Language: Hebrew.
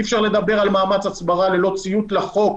אי אפשר לדבר על מאמץ הסברה ללא ציות לחוק,